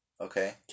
Okay